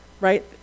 right